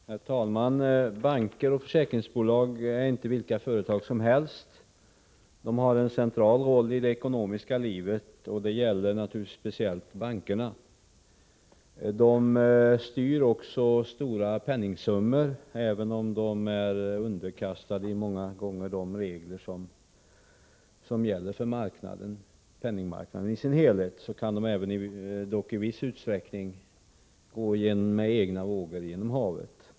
Herr talman! Banker och försäkringsbolag är inte vilka företag som helst. De har en central roll i det ekonomiska livet, och det gäller naturligtvis speciellt bankerna. De styr också stora penningsummor. Även om de många gånger är underkastade de regler som gäller för penningmarknaden i dess helhet kan de i viss utsträckning gå med egna vågor över havet.